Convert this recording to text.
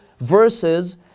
verses